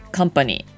company